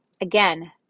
Again